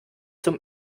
zum